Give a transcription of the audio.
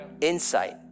insight